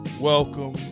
welcome